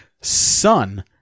son